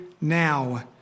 now